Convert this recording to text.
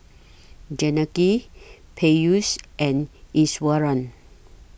Janaki Peyush and Iswaran